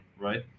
right